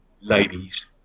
ladies